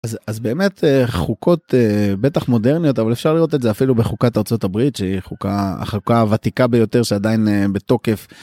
אז באמת חוקות בטח מודרניות אבל אפשר לראות את זה אפילו בחוקת ארצות הברית שהיא החוקה הוותיקה ביותר שעדיין בתוקף.